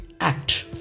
act